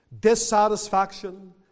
dissatisfaction